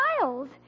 miles